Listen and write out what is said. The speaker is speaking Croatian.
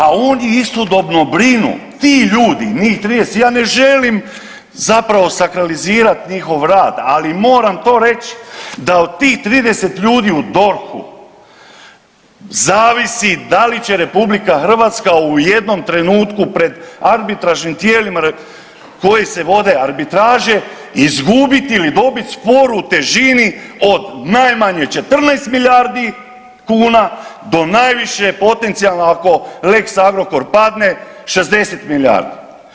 A oni istodobno brinu, ti ljudi njih 30, ja ne želim zapravo sakralizirat njihov rad, ali moram to reći, da od tih 30 ljudi u DORH-u zavisi da li će RH u jednom trenutku pred arbitražnim tijelima pred kojima se vode arbitraže izgubiti ili dobiti spor u težini od najmanje 14 milijardi kuna do najviše, potencijalno ako Lex Agrokor padne, 60 milijardi.